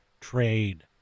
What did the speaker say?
trade